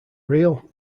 real